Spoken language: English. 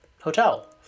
hotel